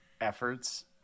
efforts